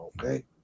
okay